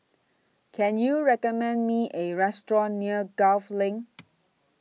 Can YOU recommend Me A Restaurant near Gul LINK